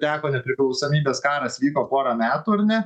teko nepriklausomybės karas vyko porą metų ar ne